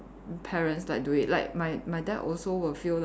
~parents like do it like my my dad also will feel like